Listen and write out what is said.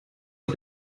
are